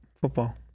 football